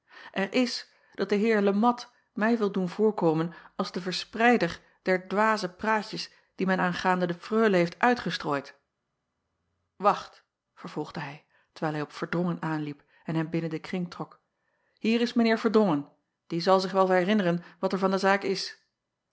er is dat de eer e at mij wil doen voorkomen als den verspreider der dwaze praatjes die men aangaande de reule heeft uitgestrooid acht vervolgde hij terwijl hij op erdrongen aanliep en hem binnen den kring trok hier is mijn eer erdrongen die zal zich wel herinneren wat er van de zaak is